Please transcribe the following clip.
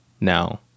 now